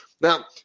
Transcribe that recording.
Now